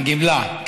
הגמלה.